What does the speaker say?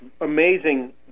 amazing